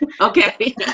Okay